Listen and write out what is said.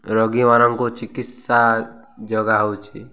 ରୋଗୀମାନଙ୍କୁ ଚିକିତ୍ସା ଯୋଗା ହେଉଛି